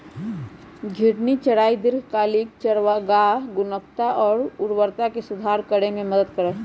घूर्णी चराई दीर्घकालिक चारागाह गुणवत्ता और उर्वरता में सुधार करे में मदद कर सका हई